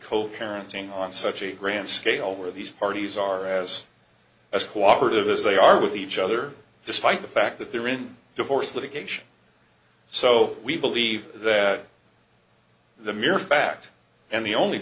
co parenting on such a grand scale where these parties are as as cooperative as they are with each other despite the fact that they're in divorce litigation so we believe that the mere fact and the only